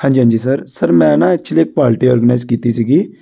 ਹਾਂਜੀ ਹਾਂਜੀ sir sir ਮੈਂ ਨਾ ਐਕਚੁਲੀ ਇੱਕ ਪਾਰਟੀ ਔਰਗਨਾਇਸ ਕੀਤੀ ਸੀਗੀ